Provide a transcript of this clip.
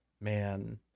Man